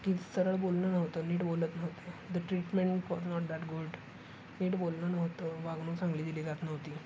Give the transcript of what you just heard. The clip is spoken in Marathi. की सरळ बोलणं नव्हतं नीट बोलत नव्हते the treatment was not that good नीट बोलणं नव्हतं वागणूक चांगली दिली जात नव्हती